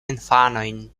infanojn